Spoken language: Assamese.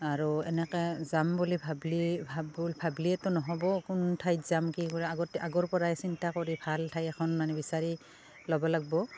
আৰু এনেকৈ যাম বুলি ভাবিলে ভাবিলোঁ ভাবিলেইতো নহ'ব কোন ঠাইত যাম কি কৰিম আগতেই আগৰপৰাই চিন্তা কৰি ভাল ঠাই এখন মানে বিচাৰি ল'ব লাগিব